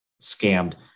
scammed